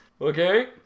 Okay